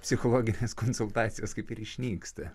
psichologinės konsultacijos kaip ir išnyksta